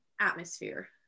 atmosphere